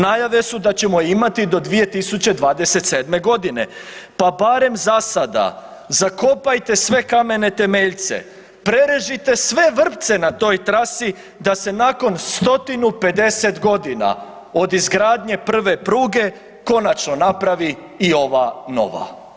Najave su da ćemo je imati do 2027.g., pa barem zasada zakopajte sve kamene temeljce, prerežite sve vrpce na toj trasi da se nakon stotinu 50 godina od izgradnje prve pruge konačno napravi i ova nova.